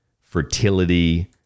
fertility